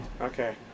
Okay